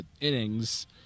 innings